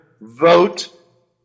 vote